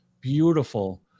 Beautiful